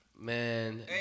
Man